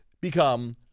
become